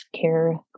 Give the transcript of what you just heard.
care